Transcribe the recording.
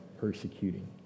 persecuting